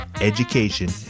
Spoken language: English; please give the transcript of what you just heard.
education